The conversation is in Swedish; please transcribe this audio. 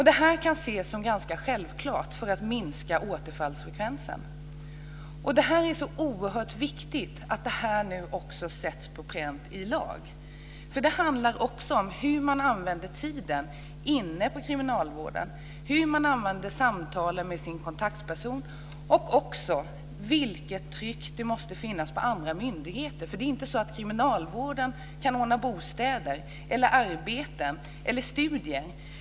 Detta kan ses som ganska självklart just för att minska återfallsfrekvensen och det är oerhört viktigt att det här också sätts på pränt i lag, för det handlar även om hur tiden används inne i kriminalvården, hur man använder samtalen med sin kontaktperson och om det tryck som måste finnas också på andra myndigheter. Kriminalvården kan inte ordna bostäder, arbeten eller studier.